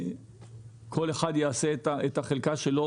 כל אחד יעשה את החלקה שלו,